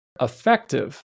effective